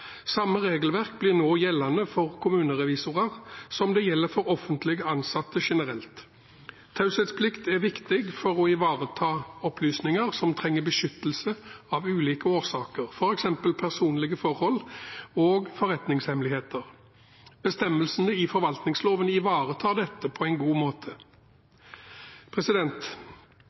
Samme regelverk blir nå gjeldende for kommunerevisorer som det som gjelder for offentlig ansatte generelt. Taushetsplikt er viktig for å ivareta opplysninger som trenger beskyttelse av ulike årsaker, f.eks. personlige forhold og forretningshemmeligheter. Bestemmelsene i forvaltningsloven ivaretar dette på en god måte.